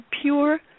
pure